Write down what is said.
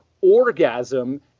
orgasm